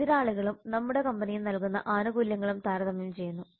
എതിരാളികളും നമ്മുടെ കമ്പനിയും നൽകുന്ന ആനുകൂല്യങ്ങളും താരതമ്യം ചെയ്യുന്നു